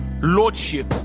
lordship